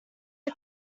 had